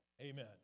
Amen